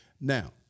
Now